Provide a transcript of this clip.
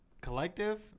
collective